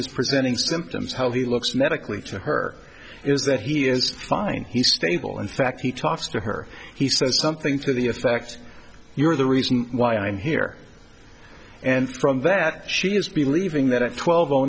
is presenting symptoms how he looks medically to her is that he is fine he's stable in fact he talks to her he says something to the effect you are the reason why i'm here and that she is believing that at twelve o